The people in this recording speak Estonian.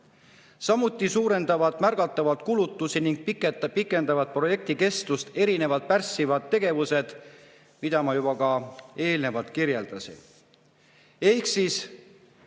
Samuti suurendavad märgatavalt kulutusi ning pikendavad projekti kestust erinevad pärssivad tegevused, mida ma juba ka eelnevalt kirjeldasin. Eesti